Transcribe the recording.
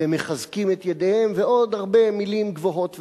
ומחזקים את ידיהם, ועוד הרבה מלים גבוהות ויפות,